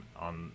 on